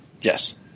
Yes